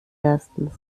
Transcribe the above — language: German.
ersten